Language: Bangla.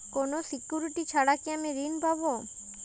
কোনো সিকুরিটি ছাড়া কি আমি ঋণ পাবো?